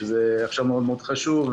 שזה עכשיו מאוד מאוד חשוב.